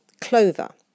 clover